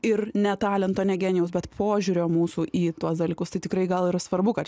ir ne talento ne genijaus bet požiūrio mūsų į tuos dalykus tai tikrai gal ir svarbu kad